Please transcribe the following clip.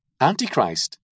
Antichrist